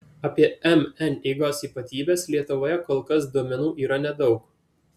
apie mn eigos ypatybes lietuvoje kol kas duomenų yra nedaug